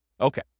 Okay